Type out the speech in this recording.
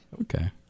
Okay